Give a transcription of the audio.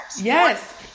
Yes